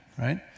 right